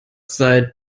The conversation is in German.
sei